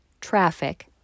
traffic